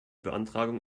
beantragung